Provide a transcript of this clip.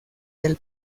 del